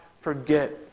forget